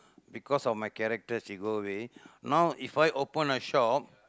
because of my character she go away now if I open a shop